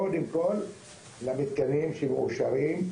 קודם כל למתקנים שמאושרים,